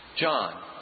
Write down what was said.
John